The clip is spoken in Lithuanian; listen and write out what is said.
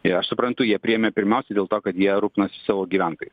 tai aš suprantu jie priėmė pirmiausiai dėl to kad jie rūpinosi savo gyventojais